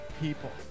people